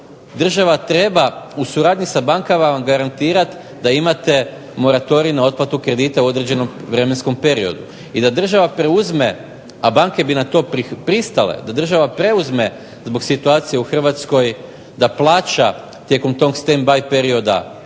država treba u suradnji sa bankama garantirati da imate moratorij na otplatu kredita u određenom vremenskom periodu, a država preuzme, a banke bi na to pristale, da država preuzme zbog situacije u Hrvatskoj da plaća tijekom tog stand by perioda